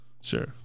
Sure